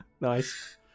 Nice